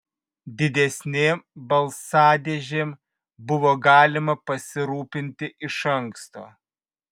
didesnėm balsadėžėm buvo galima pasirūpinti iš anksto